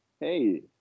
hey